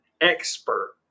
expert